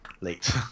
late